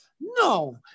No